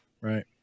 Right